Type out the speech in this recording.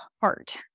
heart